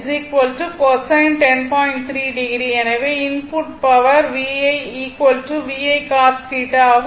3o எனவே input power VI cos θ ஆகும்